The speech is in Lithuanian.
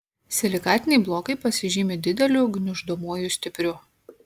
silikatiniai blokai pasižymi dideliu gniuždomuoju stipriu